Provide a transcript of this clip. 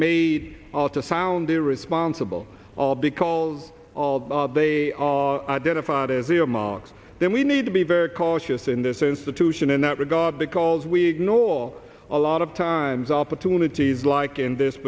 made to sound irresponsible all because they are identified as earmarks then we need to be very cautious in this institution in that regard because we ignore a lot of times opportunities like in this